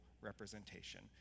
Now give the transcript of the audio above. representation